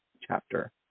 chapter